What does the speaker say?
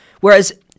Whereas